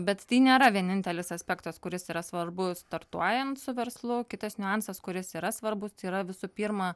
bet tai nėra vienintelis aspektas kuris yra svarbus startuojant su verslu kitas niuansas kuris yra svarbus tai yra visų pirma